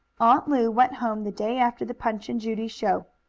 aunt lu went home the day after the punch and judy show.